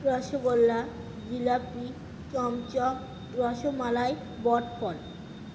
rasgulla jalebi chamcham rasmalai বটপন